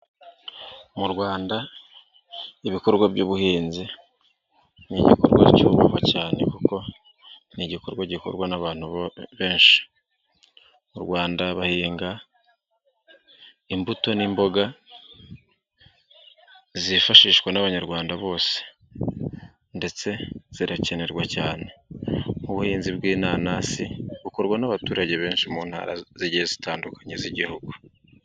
Mu Rwanda ibikorwa by'ubuhinzi nk'igikorwa cyubahwa cyane kuko ni igikorwa gikorwa n'abantu benshi, mu Rwanda bahinga imbuto n'imboga zifashishwa n'abanyarwanda bose ndetse zirakenerwa cyane ubuhinzi bw'inanasi bukorwa n'abaturage benshi mu ntara ziigihe zitandukanye z'igihugu.